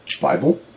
Bible